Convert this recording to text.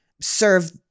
serve